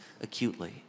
acutely